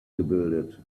gebildet